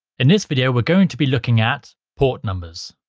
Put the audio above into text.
in this video, we're going to be looking at port numbers.